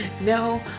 no